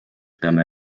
peame